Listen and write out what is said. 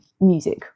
music